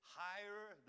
higher